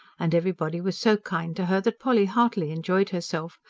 and everybody was so kind to her that polly heartily enjoyed herself,